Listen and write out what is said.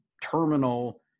Terminal